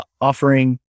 offering